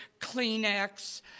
Kleenex